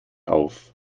auf